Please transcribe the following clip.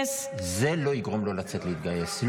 זה לא יגרום לו לצאת להתגייס?